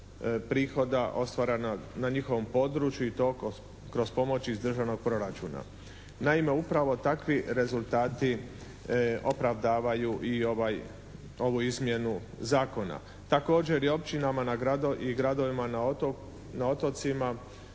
prihoda ostvarenog na njihovom području i to kroz pomoć iz državnog proračuna. Naime, upravo takvi rezultati opravdavaju i ovu izmjenu zakona. Također i općinama i gradovima na otocima